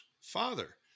father